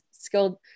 skilled